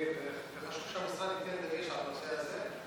וחשוב שהמשרד ישים דגש על הנושא הזה.